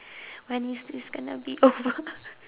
when is this gonna be over